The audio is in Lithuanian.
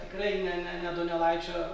tikrai ne ne ne donelaičio